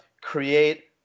create